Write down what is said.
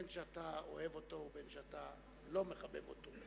בין שאתה אוהב אותו ובין שאתה לא מחבב אותו.